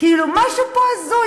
כאילו משהו פה הזוי.